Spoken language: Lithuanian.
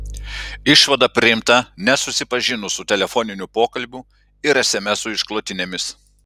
išvada priimta nesusipažinus su telefoninių pokalbių ir esemesų išklotinėmis